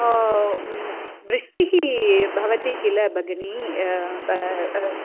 ओ वृष्टिः भवति किल भगिनि